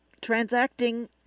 transacting